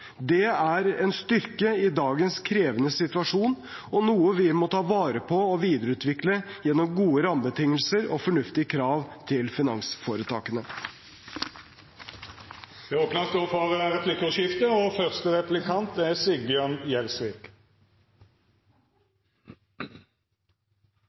Det er en styrke i dagens krevende situasjon, og noe vi må ta vare på og videreutvikle gjennom gode rammebetingelser og fornuftige krav til finansforetakene. Det vert replikkordskifte. Senterpartiet mener det er